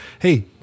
Hey